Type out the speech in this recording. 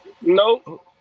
Nope